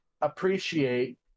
appreciate